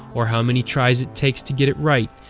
or how many tries it takes to get it right,